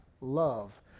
love